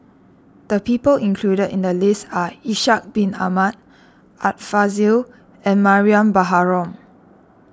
the people included in the list are Ishak Bin Ahmad Art Fazil and Mariam Baharom